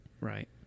Right